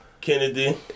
Kennedy